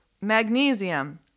magnesium